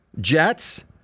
Jets